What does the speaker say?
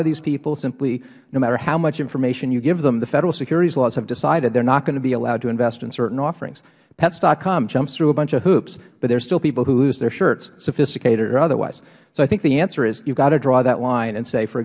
of these people simply no matter how much information you give them the federal securities laws have decided they're not going to be allowed to invest in certain offerings pets com jumps through a bunch of hoops but there are still people who lose their shirts sophisticated or otherwise so i think the answer is you've got to draw that line and say for